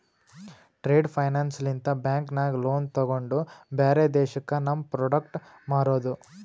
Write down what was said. trade finance ಲಿಂತ bank ನಾಗ್ loan ತೊಗೊಂಡು ಬ್ಯಾರೆ ದೇಶಕ್ಕ ನಮ್ ಪ್ರೋಡಕ್ಟ್ ಮಾರೋದು